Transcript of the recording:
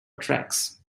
tracks